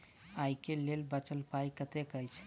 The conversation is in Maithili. आइ केँ लेल बचल पाय कतेक अछि?